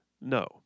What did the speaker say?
No